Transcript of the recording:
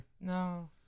no